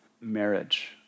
marriage